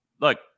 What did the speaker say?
look